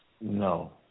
No